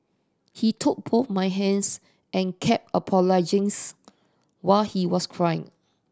he took both my hands and kept apologisings while he was crying